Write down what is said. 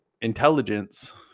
intelligence